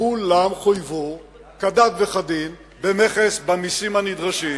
כולן חויבו כדת וכדין במכס, במסים הנדרשים.